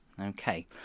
Okay